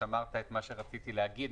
אמרת את מה שרציתי להגיד.